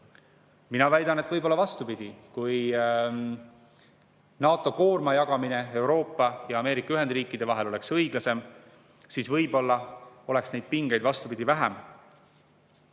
Mina väidan, et võib olla vastupidi. Kui NATO koorma jagamine Euroopa ja Ameerika Ühendriikide vahel oleks õiglasem, siis võib-olla oleks neid pingeid, vastupidi, vähem.